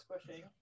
squishing